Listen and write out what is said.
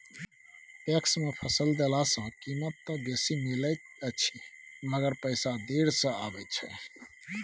PACS मे फसल देला सॅ कीमत त बेसी मिलैत अछि मगर पैसा देर से आबय छै